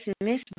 miss